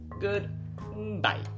Goodbye